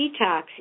detox